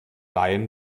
laien